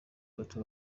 bato